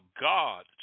God